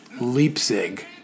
Leipzig